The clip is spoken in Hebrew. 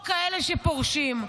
או כאלה שפורשים.